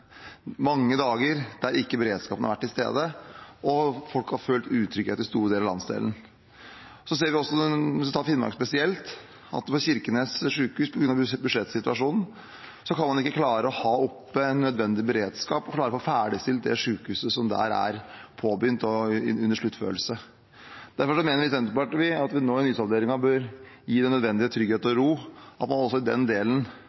mange dager da beredskapen ikke har vært til stede, og folk har følt utrygghet i store deler av landsdelen. Så ser vi også, hvis vi tar Finnmark spesielt, at man på Kirkenes sykehus på grunn av budsjettsituasjonen ikke klarer å ha oppe nødvendig beredskap eller å få ferdigstilt det sykehuset som er påbegynt og under sluttførelse. Derfor mener vi i Senterpartiet at vi nå i nysalderingen bør gi den nødvendige trygghet og ro, at man i den delen